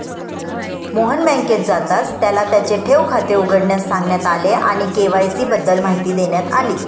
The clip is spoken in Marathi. मोहन बँकेत जाताच त्याला त्याचे ठेव खाते उघडण्यास सांगण्यात आले आणि के.वाय.सी बद्दल माहिती देण्यात आली